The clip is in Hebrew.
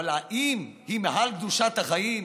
אבל האם היא מעל קדושת החיים,